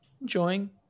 enjoying